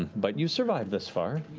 but you've survived thus far.